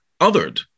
othered